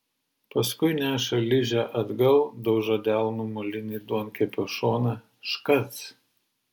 paskui neša ližę atgal daužo delnu molinį duonkepio šoną škac